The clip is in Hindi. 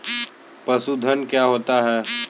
पशुधन क्या होता है?